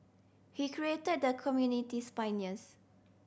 he credited the community's pioneers